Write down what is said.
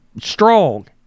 strong